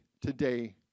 today